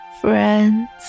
friends